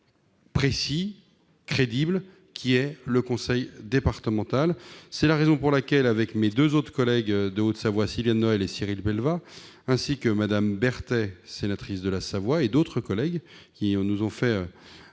C'est la raison pour laquelle, avec mes collègues de Haute-Savoie Sylviane Noël et Cyril Pellevat, ainsi que Mme Berthet, sénatrice de la Savoie, et d'autres collègues, j'ai déposé cet